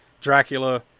dracula